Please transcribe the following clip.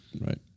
Right